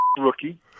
rookie